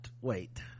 wait